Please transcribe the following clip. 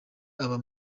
aba